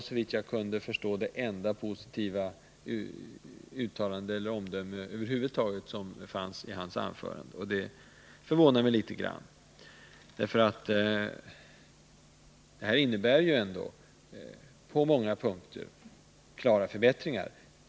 Såvitt jag kunde uppfatta var det det enda positiva omdöme om förslaget som över huvud taget fanns medi hans anförande. Det förvånar mig. Förslaget innebär på många punkter klara förbättringar.